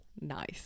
Nice